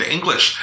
English